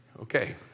Okay